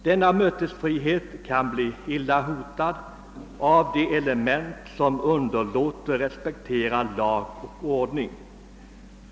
Denna mötesfrihet kan bli illa hotad av de element som underlåter att respektera lag och ordning.